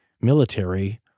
military